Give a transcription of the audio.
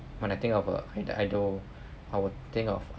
when I think about the idol I'll think of